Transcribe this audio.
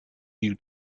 you